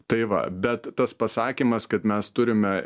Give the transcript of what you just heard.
tai va bet tas pasakymas kad mes turime